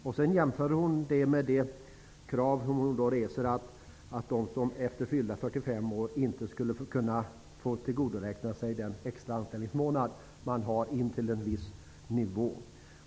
Detta jämförde hon med det krav hon reser på att personer över 45 år inte skall få tillgodoräkna sig en extra anställningsmånad intill en viss nivå.